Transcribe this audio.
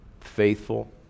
faithful